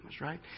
right